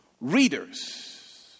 Readers